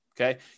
Okay